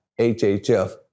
hhf